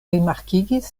rimarkigis